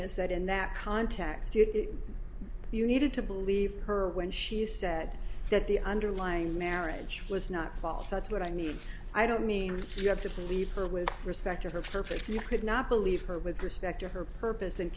is that in that context you needed to believe her when she said that the underlying marriage was not false that's what i mean i don't mean you have to believe her with respect to her for that you could not believe her with respect to her purpose and